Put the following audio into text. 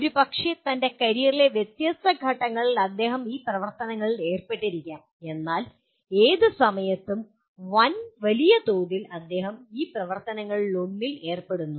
ഒരുപക്ഷേ തൻ്റെ കരിയറിലെ വ്യത്യസ്ത ഘട്ടങ്ങളിൽ അദ്ദേഹം ഈ പ്രവർത്തനങ്ങളിൽ ഏർപ്പെട്ടിരിക്കാം എന്നാൽ ഏത് സമയത്തും വലിയതോതിൽ അദ്ദേഹം ഈ പ്രവർത്തനങ്ങളിലൊന്നിൽ ഏർപ്പെടുന്നു